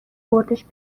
بردش